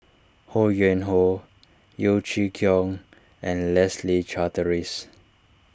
Ho Yuen Hoe Yeo Chee Kiong and Leslie Charteris